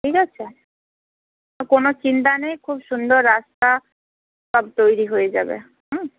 ঠিক আছে কোনো চিন্তা নেই খুব সুন্দর রাস্তা সব তৈরি হয়ে যাবে হুম